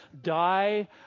die